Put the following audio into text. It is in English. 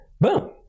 Boom